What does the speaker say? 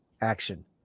action